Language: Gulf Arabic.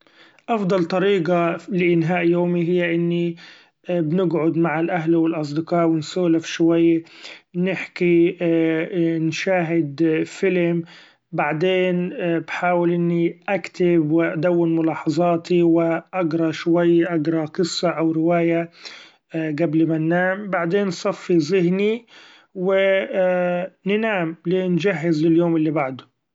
أفضل طريقة لإنهاء يومي هي إني بنقعد مع الأهل و الأصدقاء و نسولف شوي ، نحكي نشاهد فيلم بعدين بحاول إني اكتب و أدون ملاحظاتي و أقرا شوي أقرا قصة أو رواية قبل م ننام ، بعدين صفي ذهني و ننام لنجهز لليوم اللي بعده.